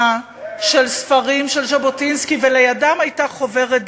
הם, כל אישה בישראל צריכה לעבור את החוויה הזאת.